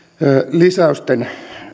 lisäysten